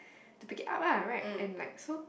to pick it up ah right and like so